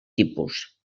tipus